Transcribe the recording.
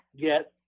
get